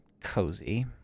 cozy